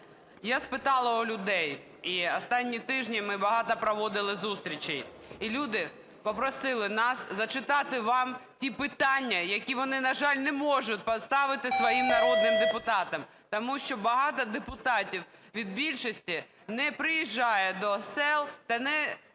Я спитала у людей, і останні тижні ми багато проводили зустрічей, і люди попросили нас зачитати вам ті питання, які вони, на жаль, не можуть поставити своїм народним депутатам, тому що багато депутатів від більшості не приїжджає до сіл та не